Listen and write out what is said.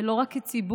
ולא רק כציבור,